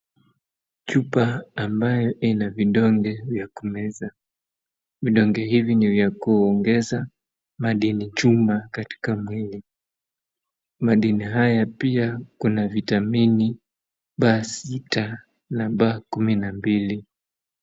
Chupa ambayo ina vidonge vya kumeza, vidonge hivi ni vya kuongeza madini chuma katika mwili madini haya pia kuna vitamini, ba sita na ba kumi na mbili.